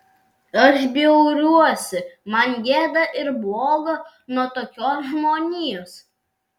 aš bjauriuosi man gėda ir bloga nuo tokios žmonijos